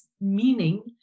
meaning